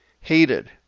hated